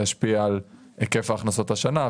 זה ישפיע על היקף ההכנסות השנה,